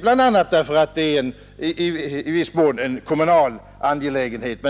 bl.a. därför att detta i viss mån är en kommunal angelägenhet.